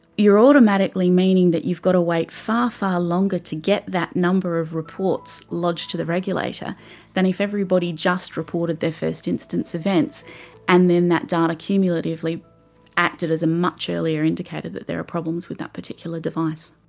you are automatically meaning that you've got to wait far, far longer to get that number of reports lodged to the regulator than if everybody just reported their first-instance events and then that data cumulatively acted as a much earlier indicator that there are problems with that particular device.